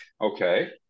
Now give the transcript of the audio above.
Okay